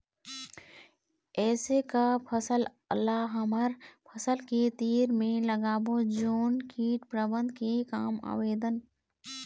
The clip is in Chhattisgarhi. ऐसे का फसल ला हमर फसल के तीर मे लगाबो जोन कीट प्रबंधन के काम आवेदन?